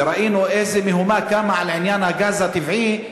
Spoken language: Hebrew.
וראינו איזו מהומה קמה על עניין הגז הטבעי,